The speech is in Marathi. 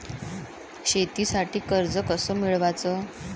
शेतीसाठी कर्ज कस मिळवाच?